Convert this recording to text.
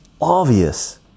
obvious